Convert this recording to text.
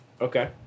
okay